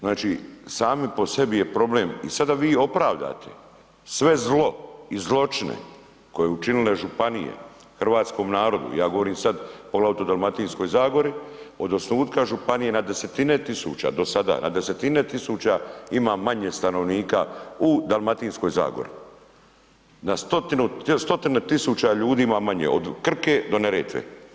Znači sami po sebi je problem i sada da vi opravdate sve zlo i zločine koje su učinile županije hrvatskom narodu, ja govorim sad poglavito o Dalmatinskoj zagori, od osnutka županije na 10-tine tisuća do sada, na 10-tine tisuća ima manje stanovnika u Dalmatinskoj zagori, 100-tine tisuća ljudi ima manje od Krke do Neretve.